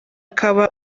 ukaba